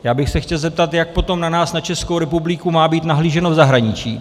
Já bych se chtěl zeptat, jak potom na nás, na Českou republiku, má být nahlíženo v zahraničí.